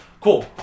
Cool